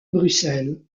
bruxelles